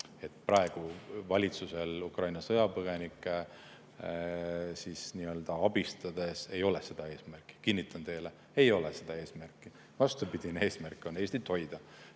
Praegu valitsusel Ukraina sõjapõgenikke abistades ei ole seda eesmärki. Kinnitan teile: meil ei ole seda eesmärki. Vastupidine eesmärk on: Eestit hoida.